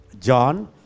John